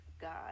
god